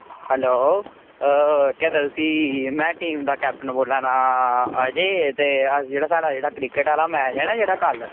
hello केह् आक्खदे उसी में टीम दा कैप्टन बोल्ला ना अस आए दे साढ़ा जेहड़ा क्रिकेट आहला मैच है ना जेहड़ा कल